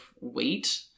weight